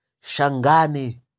Shangani